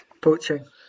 Poaching